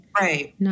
Right